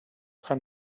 kind